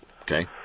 Okay